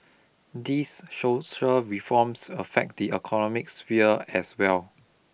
these social reforms affect the economic sphere as well